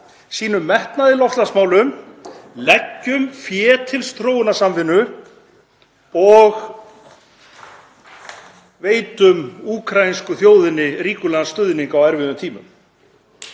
sýnum metnað í loftslagsmálum, leggjum fé til þróunarsamvinnu og veitum úkraínsku þjóðinni ríkulegan stuðning á erfiðum tímum.